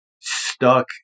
stuck